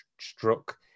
struck